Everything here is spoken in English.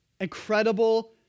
incredible